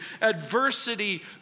adversity